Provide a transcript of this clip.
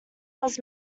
was